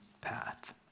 path